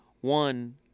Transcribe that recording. One